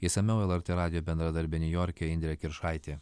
išsamiau lrt radijo bendradarbė niujorke indrė kiršaitė